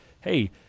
hey